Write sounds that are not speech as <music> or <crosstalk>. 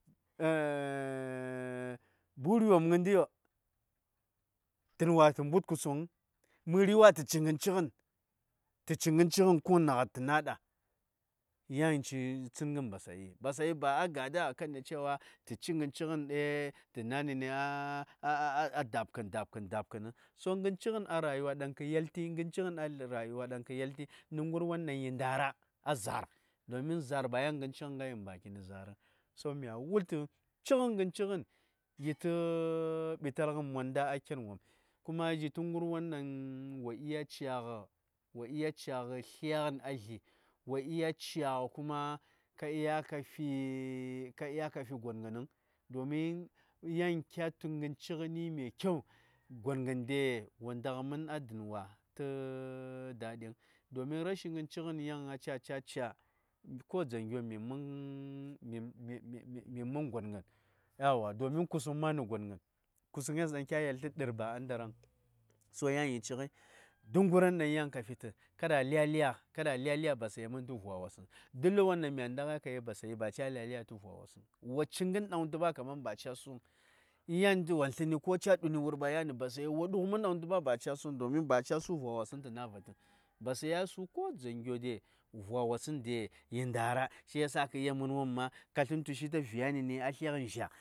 <hesitation> Buri wopm ngəndio! dən wa tə mbut kusung vəŋ, mə:ri wa tə ci gən ci:ghən-tə ci gən ci:ghən har kuŋ naghat tə na:ɗa, ya:n cin tsəngən Basayi, Basayi ba a gâda a kan da cewa tə ci gən ci:ghən tə na̱ nə a da:bkən-da:bkən-da:bkənəŋ. So ngən ci:ghən a rayuwa ɗaŋ kə yeltən-ngən ci:ghən a rayuwa ɗaŋ kə yeltən, nə ngərwon ɗaŋ yi nda:ra a za:r, domin za:r ba yan ngən cingən ghai vəŋ, ba ci:nə za:r vəŋ. So ya:n mya wul tu cigən ngəncigən yi tə <hesitation> ɓitalgən monda a ken wopm kuma yi tə ngərwon ɗaŋ; ɗang wo ɗya ca:ghə-wo ɗya ca:ghə slya:gən a zli. wo ɗya ca:gh kuma ka ɗya ka fi <hesitation> ba ka ɗya ka fi gongən vəŋ. domin in ya:n kya tu gənci:ghən ni mai kyau, gongən de wo ndagh mən a zli wa tə daɗin, domin rashi gənci:ghən, ya:n a ca ca: ca ko dzaŋgyo minə mən <hesitation> minə mən gongən yauwa, domin kusung ma nə gongən. kusuŋes ɗaŋ kya yeltən de ba a ndaraŋ. To yan yi ci:yi, duk ngərwon ɗaŋ kafi tə, kada a lya lya-kada a lya lya Basayi mən tə vwawosəng. Duk ləb won ɗaŋ mya ndaghai ka yel Basayi ba ca: lya lya̱ tə vwa vəŋ, o ci gən ɗaŋ tu ba kaman ba ca: suŋ yan yandu ko yan ca ɗuni nə wurba Basayi wo ɗugh mən ɗaŋ tu ɓa ba ca: suŋ:ba ca: domin ba ca: su tə tu vwa wosəng tə na: vati vəŋ, Basayi a su ko dzaŋgyo de vwawosən yi nda:ra. Shiyasa kə yel mən wopm ma, ka slən tushi tə vya nə ni a slyaghən zha.